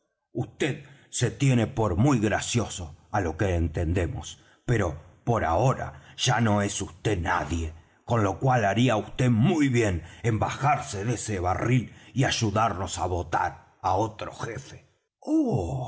vd se tiene por muy gracioso á lo que entendemos pero por ahora ya no es vd nadie con lo cual haría vd muy bien en bajarse de ese barril y ayudarnos á votar á otro jefe